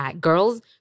girls